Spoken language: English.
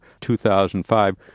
2005